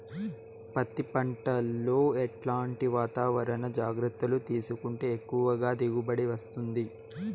పత్తి పంట లో ఎట్లాంటి వాతావరణ జాగ్రత్తలు తీసుకుంటే ఎక్కువగా దిగుబడి వస్తుంది?